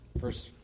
first